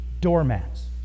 doormats